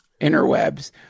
interwebs